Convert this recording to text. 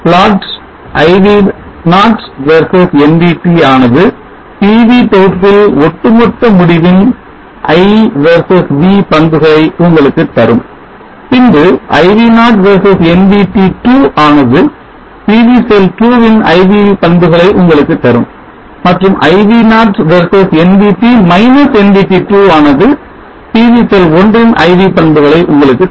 Plot i v0 versus nvt ஆனது PV தொகுப்பில் ஒட்டுமொத்த முடிவின் I versus V பண்புகளை உங்களுக்கு தரும் பின்பு i v0 versus nVt 2 ஆனது PV செல் 2 ன் IV பண்புகளை உங்களுக்குத் தரும் மற்றும் i v0 versus nvt - nvt2 ஆனது PV செல் 1 ன் IV பண்புகளை உங்களுக்குத் தரும்